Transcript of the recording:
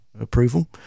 approval